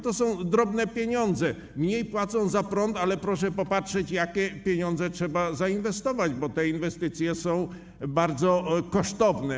To są drobne pieniądze - mniej płacą za prąd - ale proszę popatrzeć, jakie pieniądze trzeba zainwestować, bo te inwestycje są bardzo kosztowne.